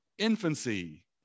Infancy